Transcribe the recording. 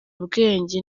ubwenge